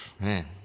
Man